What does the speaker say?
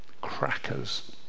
crackers